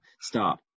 stop